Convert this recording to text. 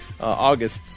August